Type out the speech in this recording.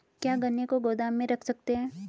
क्या गन्ने को गोदाम में रख सकते हैं?